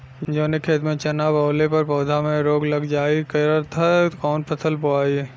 जवने खेत में चना बोअले पर पौधा में रोग लग जाईल करत ह त कवन फसल बोआई?